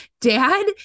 Dad